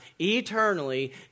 eternally